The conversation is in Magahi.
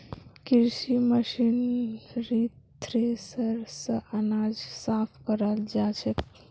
कृषि मशीनरीत थ्रेसर स अनाज साफ कराल जाछेक